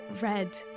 red